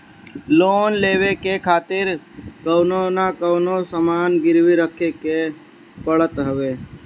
loan लेवे खातिर कवनो न कवनो सामान गिरवी रखे के पड़त हवे